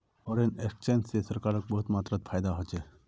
foreign exchange स सरकारक बहुत मात्रात फायदा ह छेक